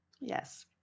Yes